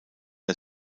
der